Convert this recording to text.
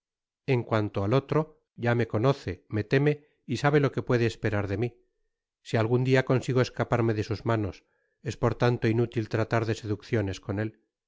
en cuanto al otro ya me conoce me teme y sabe lo que puede esperar de mi si algun dia consigo escaparme de sus manos es por tanto inútil tratar de seducciones con él